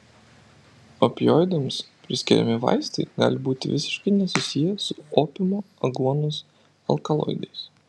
opioidams priskiriami vaistai gali būti visiškai nesusiję su opiumo aguonos alkaloidais